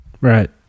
Right